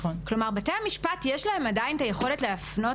כלומר, לבתי המשפט יש עדיין את היכולת להפנות